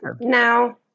no